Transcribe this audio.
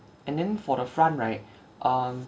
and then for the front right um